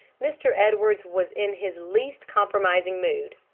mr. edwards was in his least compromising mood.